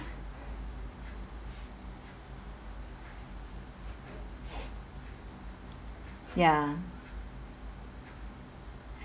ya